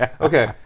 Okay